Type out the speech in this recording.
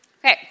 Okay